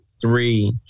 three